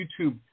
YouTube